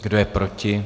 Kdo je proti?